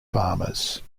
farmers